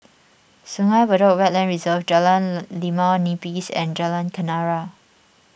Sungei Buloh Wetland Reserve Jalan Limau Nipis and Jalan Kenarah